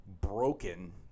broken